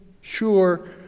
sure